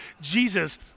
Jesus